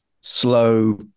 slow